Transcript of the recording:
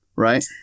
Right